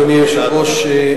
אדוני היושב-ראש,